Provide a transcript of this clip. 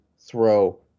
throw